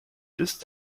ist